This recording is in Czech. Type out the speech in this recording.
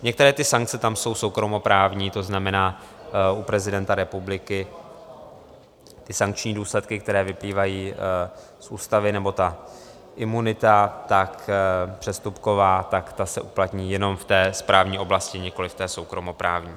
Některé ty sankce tam jsou soukromoprávní, to znamená u prezidenta republiky ty sankční důsledky, které vyplývají z ústavy, nebo ta imunita přestupková, tak ta se uplatní jenom v té správní oblasti, nikoliv v té soukromoprávní.